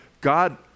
God